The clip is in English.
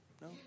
No